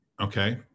Okay